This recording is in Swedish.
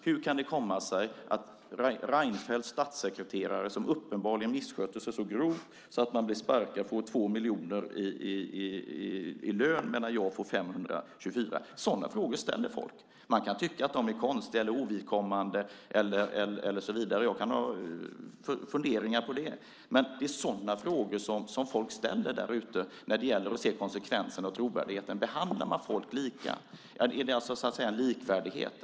Hur kan det komma sig att Reinfeldts statssekreterare, som uppenbarligen misskötte sig så grovt att hon blev sparkad, får 2 miljoner i lön medan jag får 524 kronor? Sådana frågor ställer människor. Man kan tycka att de är konstiga eller ovidkommande, och jag kan ha funderingar om det. Men det är sådana frågor som människor ställer när det gäller konsekvensen och trovärdigheten. Behandlar man människor lika? Är det likvärdighet?